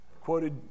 Quoted